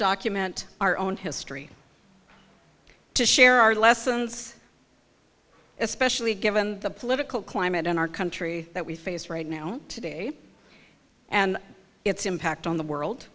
document our own history to share our lessons especially given the political climate in our country that we face right now today and its impact on the world